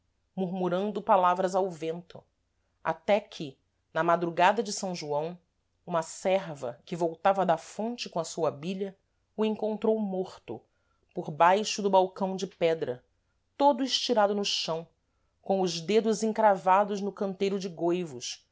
murmurando palavras ao vento até que na madrugada de s joão uma serva que voltava da fonte com a sua bilha o encontrou morto por baixo do balcão de pedra todo estirado no chão com os dedos encravados no canteiro de goivos